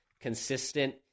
consistent